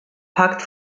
pakt